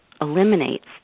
eliminates